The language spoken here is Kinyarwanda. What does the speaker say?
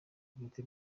bwite